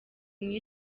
muri